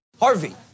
Harvey